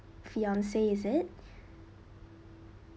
fiancée is it